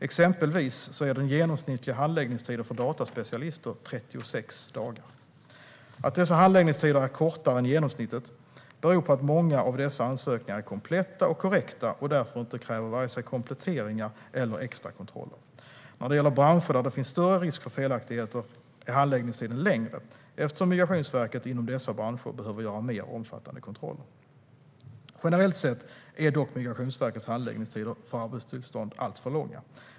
Exempelvis är den genomsnittliga handläggningstiden för dataspecialister 36 dagar. Att dessa handläggningstider är kortare än genomsnittet beror på att många av dessa ansökningar är kompletta och korrekta och därför inte kräver vare sig kompletteringar eller extra kontroller. När det gäller branscher där det finns större risk för felaktigheter är handläggningstiden längre, eftersom Migrationsverket inom dessa branscher behöver göra mer omfattande kontroller. Generellt sett är dock Migrationsverkets handläggningstider för arbetstillstånd alltför långa.